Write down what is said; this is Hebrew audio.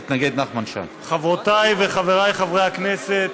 חברותיי וחבריי חברי הכנסת,